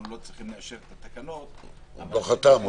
ואנחנו לא צריכים לאשר את התקנות --- הוא לא חתם,